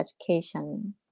education